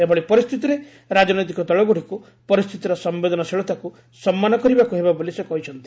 ଏଭଳି ପରିସ୍ଥିତିରେ ରାଜନୈତିକ ଦଳଗୁଡ଼ିକୁ ପରିସ୍ଥିତିର ସମ୍ପେଦନଶୀଳତାକୁ ସମ୍ମାନ କରିବାକୁ ହେବ ବୋଲି ସେ କହିଛନ୍ତି